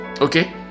okay